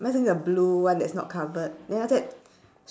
mine is only the blue one that's not covered then after that